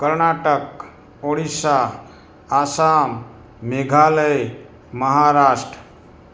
Karnataka Odisha Assam Meghalaya Maharashtra